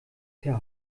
herr